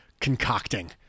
concocting